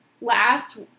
last